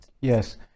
Yes